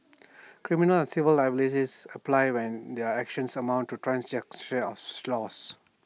criminal and civil liabilities apply when their actions amount to of such laws